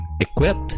Equipped